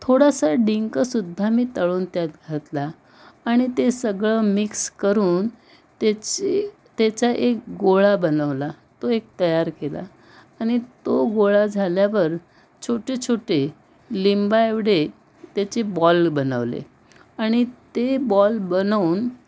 थोडासा डिंकसुद्धा मी तळून त्यात घातला आणि ते सगळं मिक्स करून त्याची त्याचा एक गोळा बनवला तो एक तयार केला आणि तो गोळा झाल्यावर छोटे छोटे लिंबाएवढे त्याचे बॉल बनवले आणि ते बॉल बनवून